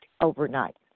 overnight